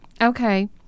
Okay